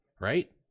right